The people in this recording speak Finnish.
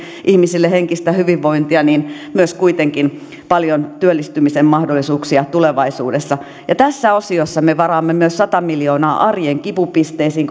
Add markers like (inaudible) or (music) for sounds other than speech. ihmisille henkistä hyvinvointia myös kuitenkin paljon työllistymisen mahdollisuuksia tulevaisuudessa tässä osiossa me varaamme myös sata miljoonaa arjen kipupisteisiin (unintelligible)